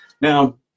now